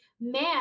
man